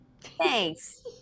Thanks